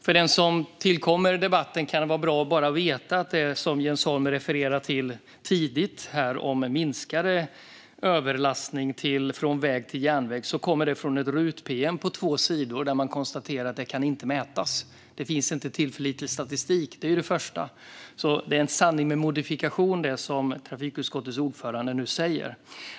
För den som tillkommit i debatten vore det kanske bra att veta att det som Jens Holm tidigare refererade till om minskad överlastning från väg till järnväg kommer från ett RUT-pm på två sidor. Där konstaterade man att detta inte kan mätas för det finns inte tillförlitlig statistik. Det trafikutskottets ordföranden nu säger är alltså en sanning med modifikation. Det var det första jag ville säga.